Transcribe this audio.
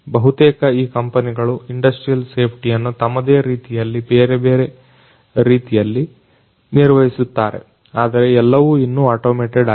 ಬಹುತೇಕ ಈ ಕಂಪನಿಗಳು ಇಂಡಸ್ಟ್ರಿಯಲ್ ಸೇಫ್ಟಿ ಅನ್ನ ತಮ್ಮದೇ ಬೇರೆ ಬೇರೆ ರೀತಿಯಲ್ಲಿ ನಿರ್ವಹಿಸುತ್ತಾರೆ ಆದರೆ ಎಲ್ಲವೂ ಇನ್ನೂ ಆಟೋಮೇಟೆಡ್ ಆಗಿಲ್ಲ